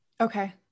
Okay